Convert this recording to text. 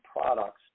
products